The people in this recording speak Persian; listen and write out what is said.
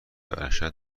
ارشد